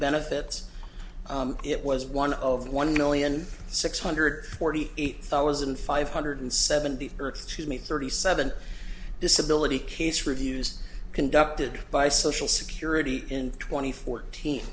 benefits it was one of one million six hundred forty eight thousand five hundred seventy earth to me thirty seven disability case reviews conducted by social security in twenty fourteen